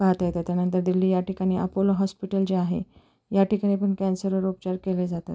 पाहता येत त्यानंतर दिल्ली या ठिकाणी अपोलो हॉस्पिटल जे आहे या ठिकाणी पण कॅन्सरवर वर उपचार केले जातात